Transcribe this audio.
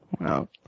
wow